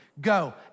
Go